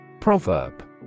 Proverb